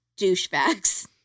douchebags